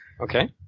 okay